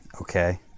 Okay